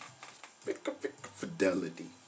fidelity